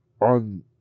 on